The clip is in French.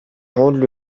rendent